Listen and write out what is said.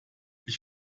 ich